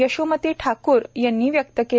यशोमती ठाकूर यांनी व्यक्त केला